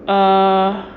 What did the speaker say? err